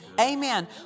Amen